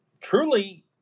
truly